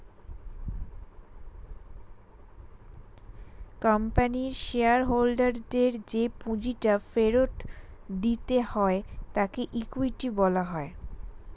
কোম্পানির শেয়ার হোল্ডারদের যে পুঁজিটা ফেরত দিতে হয় তাকে ইকুইটি বলা হয়